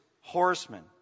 horsemen